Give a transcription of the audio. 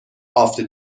after